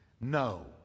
No